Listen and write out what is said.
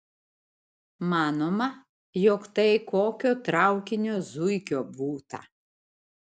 manoma jog tai kokio traukinio zuikio būta